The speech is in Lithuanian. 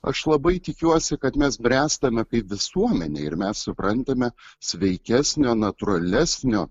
aš labai tikiuosi kad mes bręstame kaip visuomenė ir mes suprantame sveikesnio natūralesnio